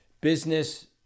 business